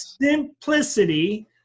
simplicity